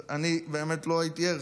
אני באמת לא הייתי ער.